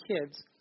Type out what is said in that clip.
kids